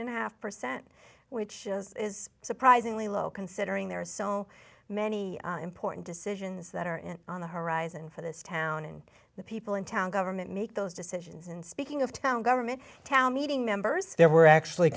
and a half percent which is surprisingly low considering there are so how many important decisions that are in on the horizon for this town and the people in town government make those decisions in speaking of town government town meeting members there were actually